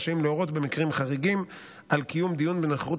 רשאים להורות במקרים חריגים על קיום דיון בנוכחות